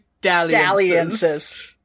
dalliances